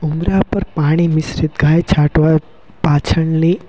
ઉંબરા ઉપર પાણી મિશ્રીત ગાય છાંટવા પાછળની